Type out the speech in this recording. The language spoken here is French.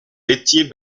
étiez